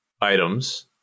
items